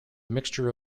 mixture